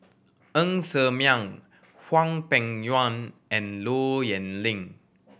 Ng Ser Miang Hwang Peng Yuan and Low Yen Ling